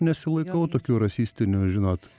nesilaikau tokių rasistinių žinot